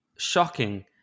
shocking